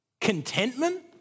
contentment